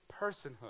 personhood